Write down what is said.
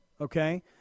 okay –